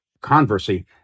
conversely